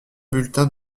bulletin